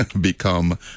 become